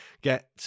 get